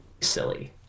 silly